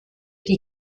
die